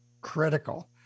critical